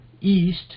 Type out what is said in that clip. East